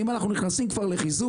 אם אנחנו נכנסים כבר לחיזוק,